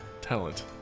talent